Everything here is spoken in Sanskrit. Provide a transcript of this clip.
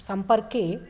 सम्पर्के